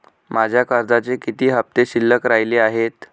माझ्या कर्जाचे किती हफ्ते शिल्लक राहिले आहेत?